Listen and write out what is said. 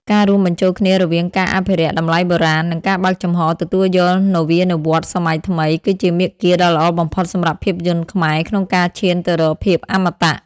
ការរួមបញ្ចូលគ្នារវាងការអភិរក្សតម្លៃបុរាណ និងការបើកចំហទទួលយកនវានុវត្តន៍សម័យថ្មី គឺជាមាគ៌ាដ៏ល្អបំផុតសម្រាប់ភាពយន្តខ្មែរក្នុងការឈានទៅរកភាពអមតៈ។